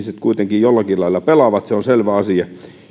kuitenkin jollakin lailla pelaavat se on selvä asia että